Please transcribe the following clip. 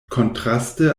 kontraste